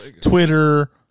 Twitter